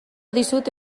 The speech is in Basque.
dizut